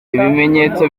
ibimenyetso